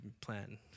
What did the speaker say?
plan